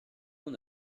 mon